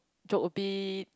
joke a bit